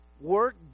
work